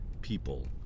people